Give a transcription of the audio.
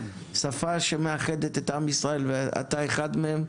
שפה שמאחדת את העם ישראל ואתה אחד מהם.